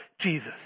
Jesus